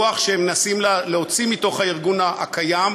רוח שמנסים להוציא מתוך הארגון הקיים,